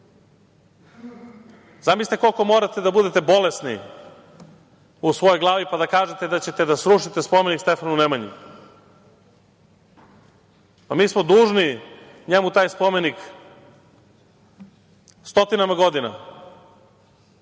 Zamislite koliko morate da budete bolesni u svojoj glavi pa da kažete da ćete da srušite spomenik Stefanu Nemanji. Mi smo dužni njemu taj spomenik stotinama godina